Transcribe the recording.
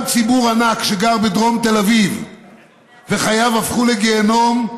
גם ציבור ענק שגר בדרום תל אביב וחייו הפכו לגיהינום,